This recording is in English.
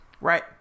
right